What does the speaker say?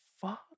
fuck